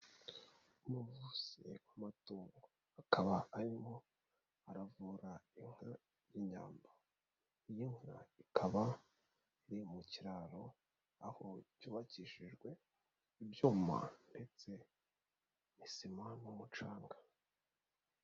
Umuvuzi w'amatungo, akaba arimo aravura inka y'inyambo. Iyi nka ikaba iri mu kiraro aho cyubakishijwe ibyuma ndetse n'isima n'umucanga.